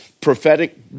prophetic